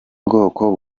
bwoko